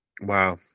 Wow